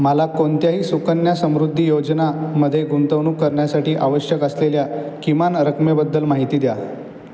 मला कोणत्याही सुकन्या समृद्धी योजनेमध्ये गुंतवणूक करण्यासाठी आवश्यक असलेल्या किमान रकमेबद्दल माहिती द्या